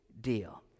deal